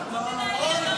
אוי,